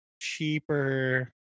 cheaper